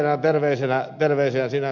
tämä vaan pienenä terveisenä